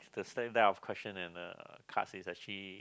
the same type of question in the cards is actually